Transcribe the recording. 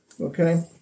Okay